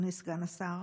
אדוני סגן השר,